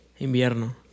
Invierno